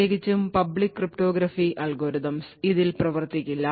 പ്രത്യേകിച്ചും public cryptography algorithms ഇതിൽ പ്രവർത്തിക്കില്ല